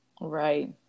right